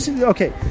Okay